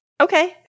Okay